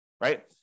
right